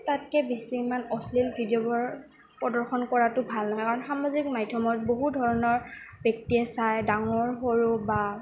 তাতকে অশ্লীল ভিডিঅ'বোৰ প্ৰদৰ্শন কৰাটো ভাল নহয় কাৰণ সামাজিক মাধ্যমত বহু ধৰণৰ ব্যক্তিয়ে চাই ডাঙৰ সৰু বা